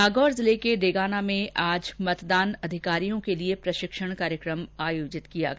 नागौर जिले के डेगाना में मतदान अधिकारियों का प्रशिक्षण कार्यक्रम आयोजित किया गया